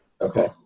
Okay